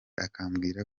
akambwira